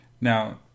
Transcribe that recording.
now